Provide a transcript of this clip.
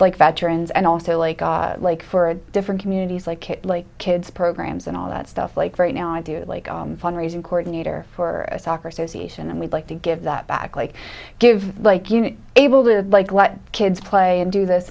like veterans and also like i like for a different communities like kids programs and all that stuff like right now i do like fund raising court meter for a soccer association and we'd like to give that back like give like you know able to like what kids play and do this